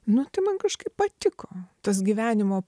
nu tai man kažkaip patiko tas gyvenimo